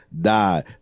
die